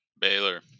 Baylor